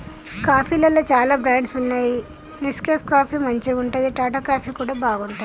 కాఫీలల్ల చాల బ్రాండ్స్ వున్నాయి నెస్కేఫ్ కాఫీ మంచిగుంటది, టాటా కాఫీ కూడా బాగుంటది